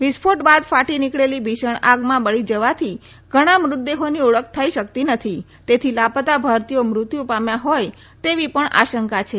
વિસ્ફોટ બાદ ફાટી નીકળેલી ભીષણ આગમાં બળી જવાથી ઘણા મૃતદેહોની ઓળખ થઇ શકતી નથી તેથી લાપતા ભારતીથી મૃત્યુ પામ્યા હોય તેવી પણ આશંકા છે